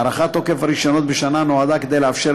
הארכת תוקף הרישיונות בשנה נועדה לאפשר,